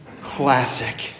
classic